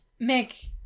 Mick